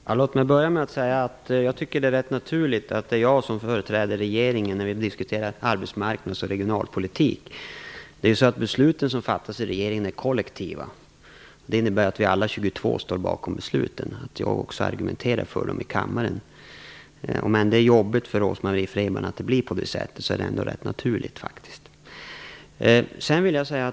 Fru talman! Jag tycker till att börja med att det är rätt naturligt att det är jag som företräder regeringen när vi diskuterar arbetsmarknads och regionalpolitik. Besluten som fattas i regeringen är kollektiva. Det innebär att vi alla regeringsmedlemmar står bakom besluten och att jag också argumenterar för dem i kammaren. Även om det är jobbigt för Rose-Marie Frebran att det blir på det sättet så är det ändå rätt naturligt.